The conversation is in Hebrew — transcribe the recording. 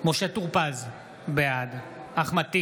משה טור פז, בעד אחמד טיבי,